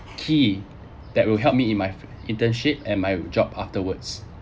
key that will help me in my internship and my job afterwards